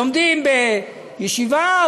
לומדים בישיבה,